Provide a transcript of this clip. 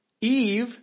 Eve